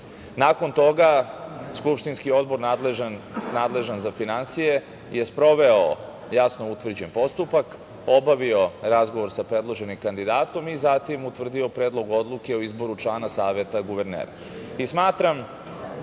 toga skupštinski odbor nadležan za finansije je sproveo jasno utvrđen postupak, obavio razgovor sa predloženim kandidatom i zatim utvrdio predlog odluke o izboru člana Saveta guvernera.